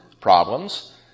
problems